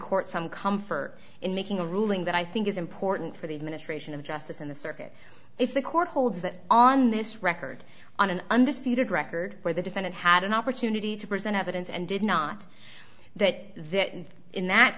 court some comfort in making a ruling that i think is important for the administration of justice in the circuit if the court holds that on this record on an undisputed record where the defendant had an opportunity to present evidence and did not that there in that